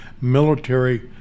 military